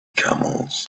camels